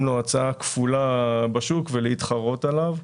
לו הצעה כפולה בשוק ולהתחרות עליו.